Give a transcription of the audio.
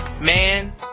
Man